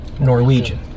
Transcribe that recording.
Norwegian